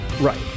Right